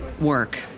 work